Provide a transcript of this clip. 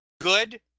good